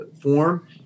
form